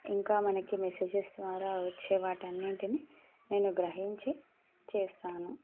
ఇంకా మనకి మెసేజెస్ ద్వారా వచ్చేవాటన్నిటిని నేను గ్రహించి చేస్తాను